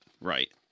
right